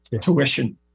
tuition